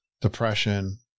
depression